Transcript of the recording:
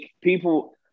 people